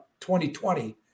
2020